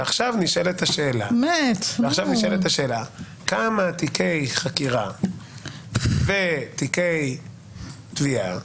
ועכשיו נשאלת השאלה: כמה תיקי חקירה ותיקי תביעה